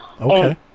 Okay